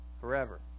forever